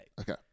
Okay